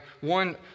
One